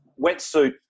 wetsuit